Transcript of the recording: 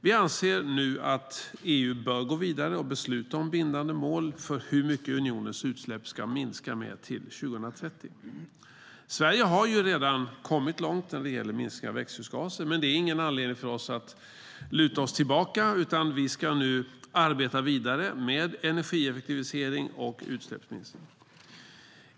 Vi anser nu att EU bör gå vidare och besluta om bindande mål för hur mycket unionens utsläpp ska minska med till 2030. Sverige har redan kommit långt när det gäller minskning av växthusgaser. Men det är ingen anledning för oss att luta oss tillbaka, utan vi ska nu arbeta vidare med energieffektivisering och utsläppsminskning.